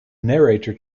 narrator